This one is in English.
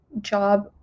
job